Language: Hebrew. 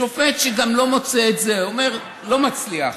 שופט שלא מוצא גם את זה, לא מצליח,